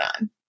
on